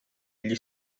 gli